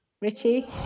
Richie